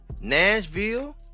Nashville